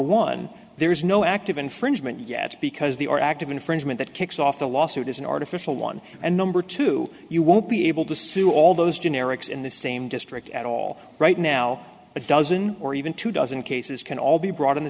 one there is no active infringement yet because they are active infringement that kicks off the lawsuit is an artificial one and number two you won't be able to sue all those generics in the same district at all right now a dozen or even two dozen cases can all be brought in the